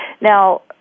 Now